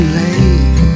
late